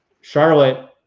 Charlotte